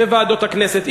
בוועדות הכנסת.